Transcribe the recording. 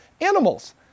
animals